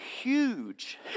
huge